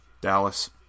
Dallas